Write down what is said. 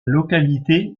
localité